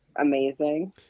amazing